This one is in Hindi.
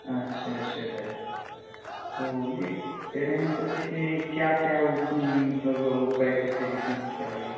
अच्छा अच्छा सर तो यह कह रहे हैं सर जैसे क्या क्या उसमें मतलब वह पैसे से जितना क्या लगे